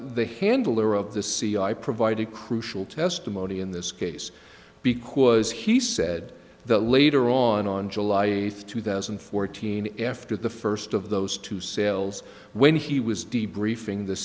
the handler of the c i provided crucial testimony in this case because he said the later on on july eighth two thousand and fourteen after the first of those two sales when he was d briefing the